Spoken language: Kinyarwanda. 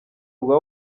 rwa